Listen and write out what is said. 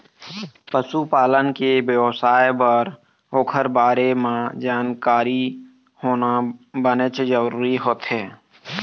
पशु पालन के बेवसाय बर ओखर बारे म जानकारी होना बनेच जरूरी होथे